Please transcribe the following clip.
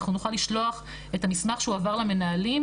אנחנו נוכל לשלוח את המסמך שהועבר למנהלים,